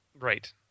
Right